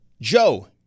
Joe